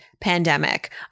Pandemic